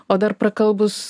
o dar prakalbus